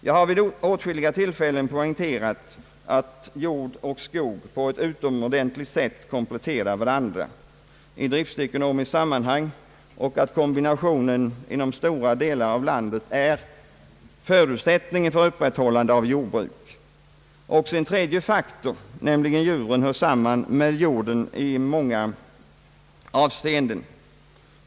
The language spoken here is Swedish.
Jag har vid åtskilliga tillfällen po: ängterat att jord och skog på ett utomordentligt sätt kompletterar varandra i driftsekonomiskt sammanhang och att kombinationen i stora delar av landet är förutsättningen för upprätthållande av jordbruk. Också en tredje faktor, nämligen djuren, hör i många avseenden samman med jorden.